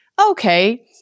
okay